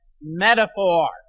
metaphor